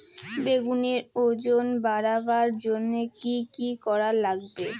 বেগুনের ওজন বাড়াবার জইন্যে কি কি করা লাগবে?